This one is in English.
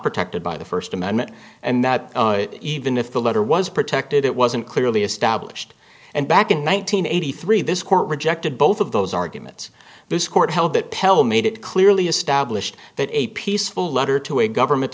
protected by the first amendment and that even if the letter was protected it wasn't clearly established and back in one nine hundred eighty three this court rejected both of those arguments this court held that pelle made it clearly established that a peaceful letter to a government